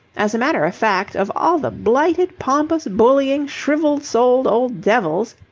as a matter of fact, of all the blighted, pompous, bullying, shrivelled-souled old devils.